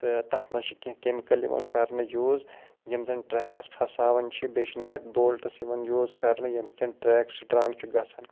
تہٕ تَتھ منٛز چھِ کیٚنٛہہ کیٚمکَل یِوان کَرنہٕ یوٗز یِم زَن ٹرٛیکَس پھساوان چھِ بیٚیہِ چھِ نَٹ بولٹٕس یِوان یوٗز کَرنہٕ ییٚمہِ سۭتۍ ٹرٛیک سٕٹرانٛگ چھِ گژھان